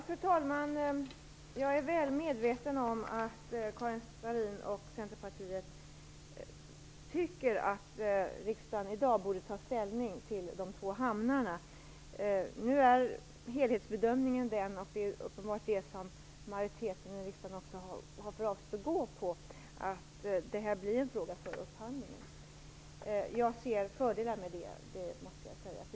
Fru talman! Jag är väl medveten om att Karin Starrin och Centerpartiet tycker att riksdagen i dag borde ta ställning till de två hamnarna. Nu är helhetsbedömningen den att det här blir en fråga för upphandlingen - och det är uppenbarligen också det som majoriteten i riksdagen har för avsikt att stödja. Jag ser fördelar med det - det måste jag säga.